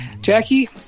Jackie